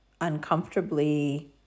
uncomfortably